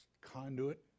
conduit